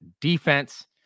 defense